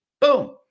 Boom